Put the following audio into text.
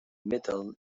middle